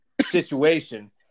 situation